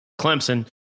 Clemson